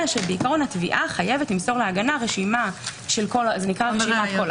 שבעיקרון התביעה חייבת למסור להגנה רשימה של כל החומר,